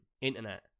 internet